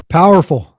powerful